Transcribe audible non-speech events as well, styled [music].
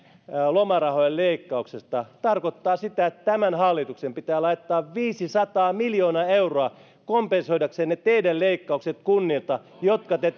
lomarahojen leikkauksesta tarkoittaa sitä että tämän hallituksen pitää laittaa viisisataa miljoonaa euroa kompensoidakseen ne teidän leikkaukset kunnilta jotka te [unintelligible]